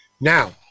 Now